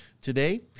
today